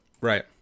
Right